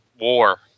war